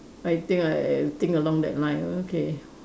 I think I think along that line okay